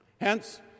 Hence